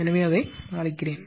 எனவே அதை அழிக்கிறேன்